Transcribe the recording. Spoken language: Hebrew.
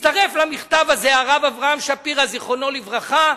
מצטרף למכתב הזה הרב אברהם שפירא, זיכרונו לברכה,